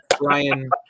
Ryan